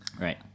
right